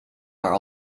are